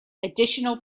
additional